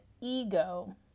ego